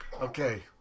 Okay